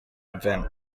event